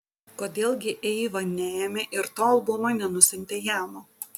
kodėl gi eiva neėmė ir to albumo nenusiuntė jam